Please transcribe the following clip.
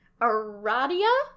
Aradia